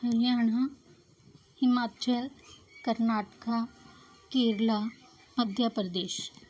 Haryana Himachal Karnataka Kerala Madhya Pradesh